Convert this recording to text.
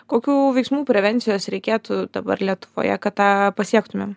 kokių veiksmų prevencijos reikėtų dabar lietuvoje kad tą pasiektumėm